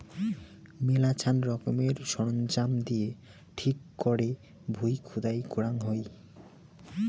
মেলাছান রকমের সরঞ্জাম দিয়ে ঠিক করে ভুঁই খুদাই করাঙ হউ